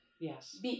Yes